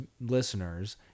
listeners